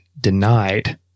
denied